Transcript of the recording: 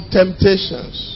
temptations